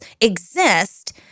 exist